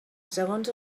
segons